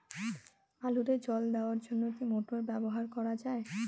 আলুতে জল দেওয়ার জন্য কি মোটর ব্যবহার করা যায়?